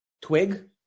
Twig